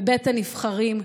בבית הנבחרים.